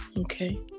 Okay